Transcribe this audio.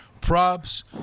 props